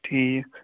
ٹھیٖک